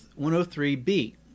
103b